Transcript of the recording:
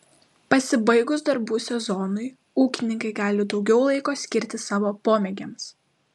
pasibaigus darbų sezonui ūkininkai gali daugiau laiko skirti savo pomėgiams